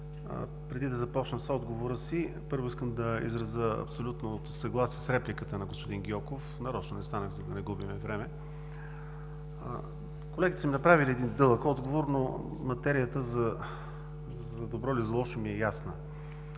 преди да започна с отговора си, първо искам да изразя абсолютното си съгласие с репликата на господин Гьоков – нарочно не станах, за да не губим време. Колегите са направили дълъг отговор, но материята за добро или за лошо ми е ясна.